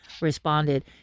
responded